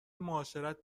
معاشرت